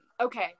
okay